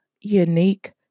unique